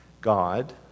God